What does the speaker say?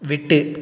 விட்டு